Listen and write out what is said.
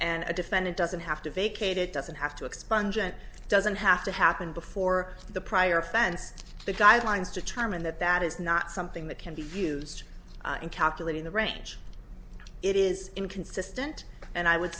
and a defendant doesn't have to vacate it doesn't have to expunge and doesn't have to happen before the prior offense the guidelines determine that that is not something that can be views in calculating the range it is inconsistent and i w